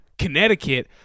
connecticut